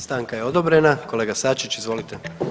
Stanka je odobrena, kolega Sačić, izvolite.